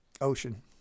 Ocean